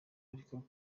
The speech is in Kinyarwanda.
ariko